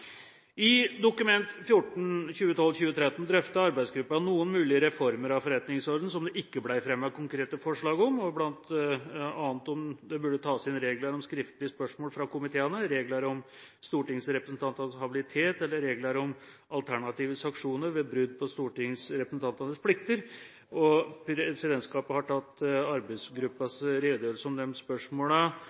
I Dokument 14 for 2012–2013 drøfter arbeidsgruppen noen mulige reformer av forretningsordenen som det ikke ble fremmet konkrete forslag om, bl.a. om det burde tas inn regler om skriftlige spørsmål fra komiteene, regler om stortingsrepresentantenes habilitet eller regler om alternative sanksjoner ved brudd på stortingsrepresentantenes plikter. Presidentskapet har tatt til etterretning arbeidsgruppens redegjørelser om